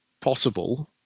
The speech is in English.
possible